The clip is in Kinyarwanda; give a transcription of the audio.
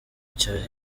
cya